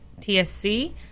TSC